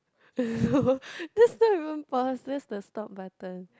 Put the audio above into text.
no this is not even pause that's the stop button